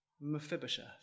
Mephibosheth